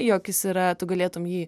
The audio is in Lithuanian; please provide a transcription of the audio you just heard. jog jis yra tu galėtum jį